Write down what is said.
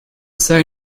say